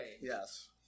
Yes